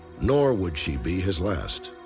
nor would she be his last.